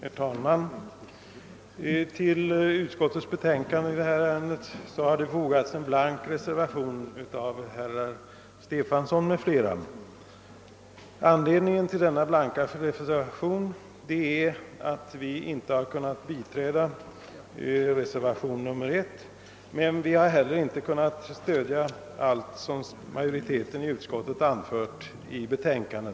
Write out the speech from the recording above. Herr talman! Till utskottets betänkande i detta ärende har fogats en blank reservation av herr Stefanson m.fl. Anledningen till denna blanka reservation är att vi inte har kunnat biträda allt det som sägs i motionen, men vi har inte heller kunnat stödja allt det som utskottets majoritet har anfört i betänkandet.